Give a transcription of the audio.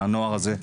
הנוער הזה,